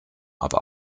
aber